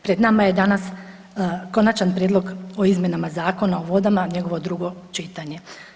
Pred nama je danas Konačan prijedlog o izmjenama Zakona o vodama njegovo drugo čitanje.